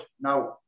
Now